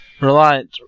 reliant